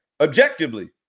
objectively